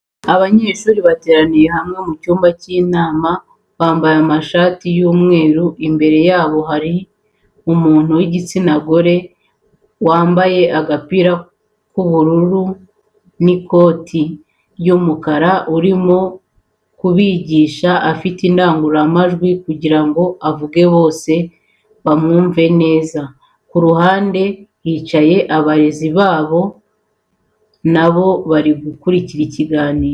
Abanyeshuri bateraniye hamwe mu cyumba cy'inama bambaye amashati y'umweru imbere yabo hari umuntu w'igitsina gore wambaye agapira k'ubururu n'ikoti ry'umukara urimo kubigisha afite indangururamajwi kugirango avuge bose bamwumve neza ku ruhande hicaye abarezi babo nabo bari gukurikira ikiganiro.